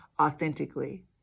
authentically